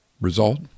Result